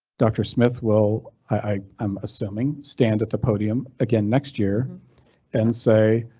dr smith will i, i'm assuming, stand at the podium again next year and say,